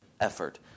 effort